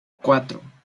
cuatro